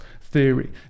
theory